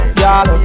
y'all